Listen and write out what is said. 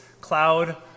cloud